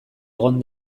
egon